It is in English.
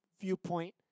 viewpoint